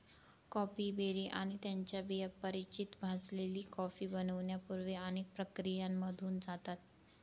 coffee berry आणि त्यांच्या बिया परिचित भाजलेली कॉफी बनण्यापूर्वी अनेक प्रक्रियांमधून जातात